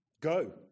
go